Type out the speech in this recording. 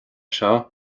seo